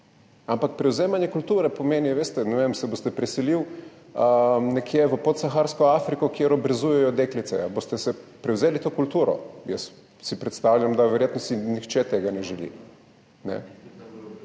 ampak prevzemanje kulture pomeni, ne vem, se boste preselili nekam v podsaharsko Afriko, kjer obrezujejo deklice. Boste prevzeli to kulturo? Jaz si predstavljam, da si verjetno nihče tega ne želi.